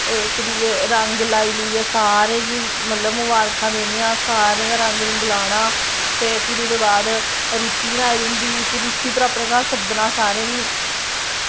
ओह् इक्क दूऐ गी रंग लाइयै सारें गी मतलब मबारखां देनियां सारें ई गै रंग लाना ते फिर ओह्दे बाद रुट्टी बनाई दी होंदी फिर रुट्टी पर सद्दना अपने घर सारें ई